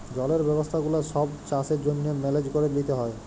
জলের ব্যবস্থা গুলা ছব চাষের জ্যনহে মেলেজ ক্যরে লিতে হ্যয়